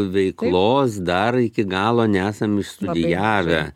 veiklos dar iki galo nesam išstudijavę